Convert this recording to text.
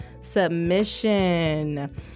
submission